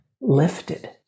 lifted